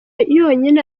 yonyine